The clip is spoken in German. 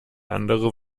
andere